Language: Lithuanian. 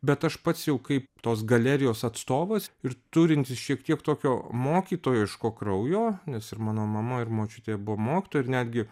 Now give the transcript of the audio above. bet aš pats jau kaip tos galerijos atstovas ir turintis šiek tiek tokio mokytojiško kraujo nes ir mano mama ir močiutė buvo mokytoja ir netgi